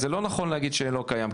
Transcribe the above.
זה לא נכון להגיד שלא קיים,